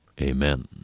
amen